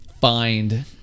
find